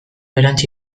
erantsi